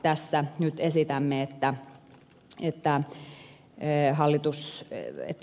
tässä nyt esitämme että lausumaksi tulisi